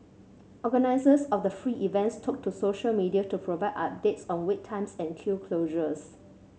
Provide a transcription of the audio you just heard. organisers of the free events took to social media to provide updates on wait times and queue closures